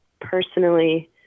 personally